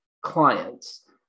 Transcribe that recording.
clients